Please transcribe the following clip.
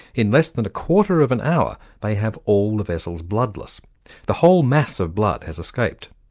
in less than a quarter of an hour they have all the vessels bloodless the whole mass of blood has escaped.